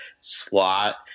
slot